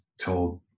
told